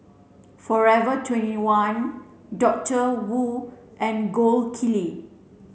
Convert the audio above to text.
forever twenty one Doctor Wu and Gold Kili